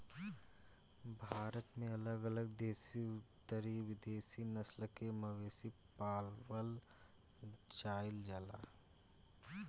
भारत में अलग अलग देशी अउरी विदेशी नस्ल के मवेशी पावल जाइल जाला